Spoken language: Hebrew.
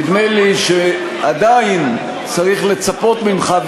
נדמה לי שעדיין צריך לצפות ממך,